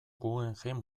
guggenheim